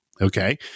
okay